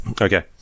Okay